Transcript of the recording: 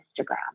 Instagram